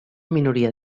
minoria